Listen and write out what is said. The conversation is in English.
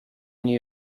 new